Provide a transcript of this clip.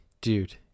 dude